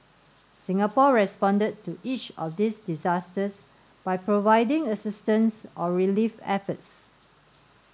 Singapore responded to each of these disasters by providing assistance or relief efforts